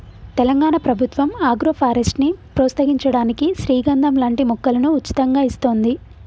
తెలంగాణ ప్రభుత్వం ఆగ్రోఫారెస్ట్ ని ప్రోత్సహించడానికి శ్రీగంధం లాంటి మొక్కలను ఉచితంగా ఇస్తోంది